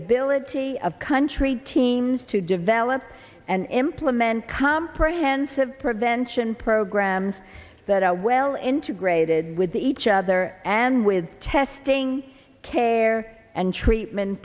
ability of country teams to develop and implement comprehensive prevention programs that are well integrated with each other and with testing care and treatment